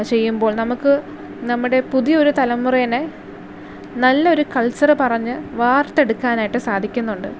ചെയ്യുമ്പോൾ നമുക്ക് നമ്മുടെ പുതിയ ഒരു തലമുറനെ നല്ലൊരു കൾച്ചറ് പറഞ്ഞ് വാർത്തെടുക്കാനായിട്ട് സാധിക്കുന്നുണ്ട്